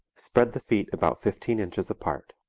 spread the feet about fifteen inches apart.